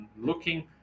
looking